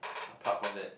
apart from that